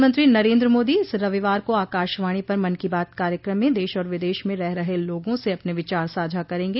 प्रधानमंत्री नरेन्द्र मोदी इस रविवार को आकाशवाणी पर मन की बात कार्यक्रम में देश और विदेश में रह रहे लोगों से अपने विचार साझा करेंगे